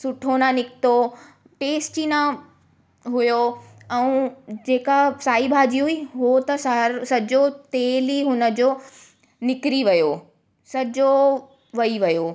सुठो ना निकितो टेस्ट ई ना हुओ ऐं जेका साई भाॼी हुई उहो त सार सॼो तेल ई हुनजो निकरी वियो सॼो वही वियो